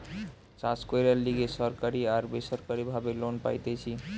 চাষ কইরার লিগে সরকারি আর বেসরকারি ভাবে লোন পাইতেছি